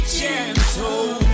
gentle